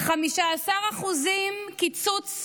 15% קיצוץ